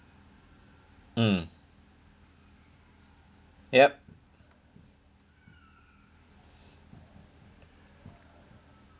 mm yup